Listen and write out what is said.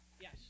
Yes